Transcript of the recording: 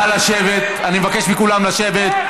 נא לשבת, אני מבקש מכולם לשבת.